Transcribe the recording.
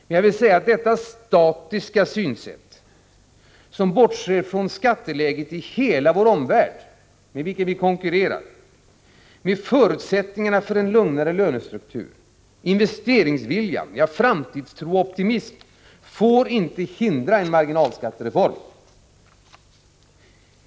Men jag vill säga att detta statiska synsätt som bortser från skatteläget i hela vår omvärld, med vilken vi konkurrerar, från förutsättningarna för en lugnare struktur, investeringsvilja, framtidstro och optimism får inte hindra en marginalskattereform.